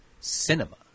cinema